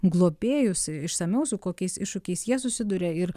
globėjus išsamiau su kokiais iššūkiais jie susiduria ir